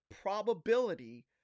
probability